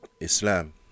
Islam